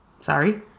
sorry